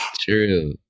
True